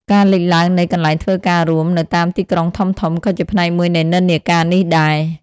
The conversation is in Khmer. ការលេចឡើងនៃ កន្លែងធ្វើការរួម នៅតាមទីក្រុងធំៗ ក៏ជាផ្នែកមួយនៃនិន្នាការនេះដែរ។